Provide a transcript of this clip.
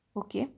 okay